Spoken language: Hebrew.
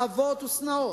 אהבות ושנאות,